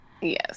Yes